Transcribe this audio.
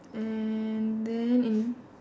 and then